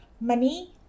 money